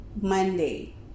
Monday